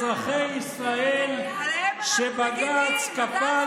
מה עם זכויות האדם של אזרחי ישראל שבג"ץ כפה